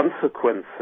consequences